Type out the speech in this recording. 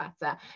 better